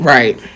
Right